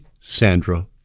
Sandra